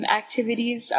activities